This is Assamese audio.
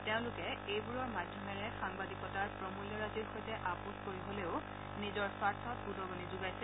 তেওঁলোকে এইবোৰৰ মাধ্যমেৰে সাংবাদিকাতৰ প্ৰমূল্যৰাজিৰ সৈতে আপোচ কৰি হলেও নিজৰ স্বাৰ্থত উদগণি যোগোইছে